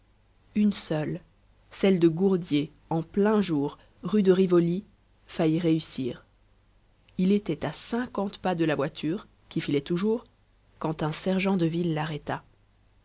une seule celle de gourdier en plein jour rue de rivoli faillit réussir il était à cinquante pas de la voiture qui filait toujours quand un sergent de ville l'arrêta